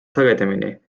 sagedamini